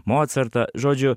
mocartą žodžiu